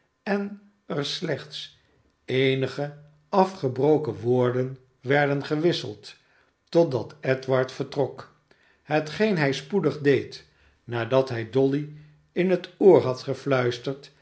en er slechts eenige afgebrokene woorden werden gewisseld totdat edward vertrok hetgeen hij spoedig deed nadat hij dolly in het oor had